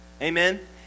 amen